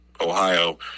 Ohio